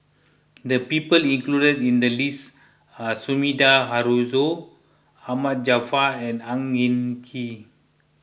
the people included in the list are Sumida Haruzo Ahmad Jaafar and Ang Hin Kee